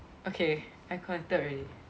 okay I connected already